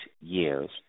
years